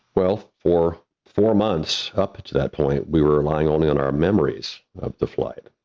well, for four months up to that point, we were relying only on our memories of the flight.